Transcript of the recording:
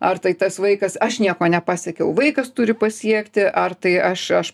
ar tai tas vaikas aš nieko nepasiekiau vaikas turi pasiekti ar tai aš aš